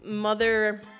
mother